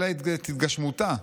אלא את התגשמותה".